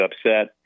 upset